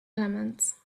elements